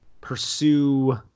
pursue